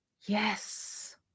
Yes